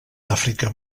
àfrica